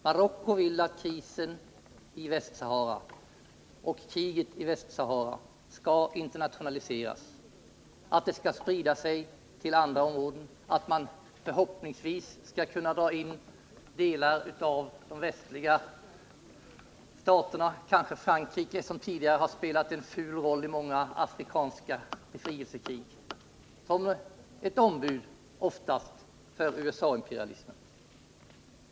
Marocko vill att krisen i Västsahara och kriget i Västsahara skall internationaliseras, att det skall sprida sig till andra områden, att man förhoppningsvis skall kunna dra in delar av de västliga staterna — kanske Frankrike som tidigare har spelat en ful roll i många afrikanska befrielsekrig — oftast som ett ombud för USA imperialismen.